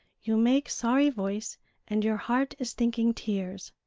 you make sorry voice and your heart is thinking tears.